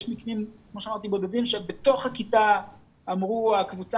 יש מקרים בודדים שבתוך הכיתה אמרו שהקבוצה